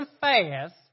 fast